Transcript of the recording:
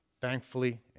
thankfully